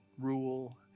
rule